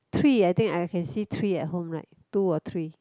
three I think I can see three at home right two or three